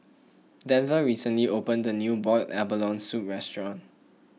Denver recently opened a new Boiled Abalone Soup restaurant